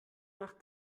nach